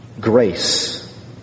grace